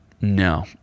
No